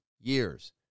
years